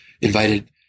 invited